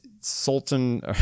Sultan